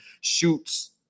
shoots